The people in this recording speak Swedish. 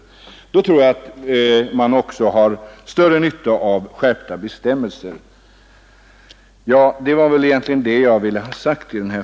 Då tror jag att man har större nytta av skärpta bestäm melser.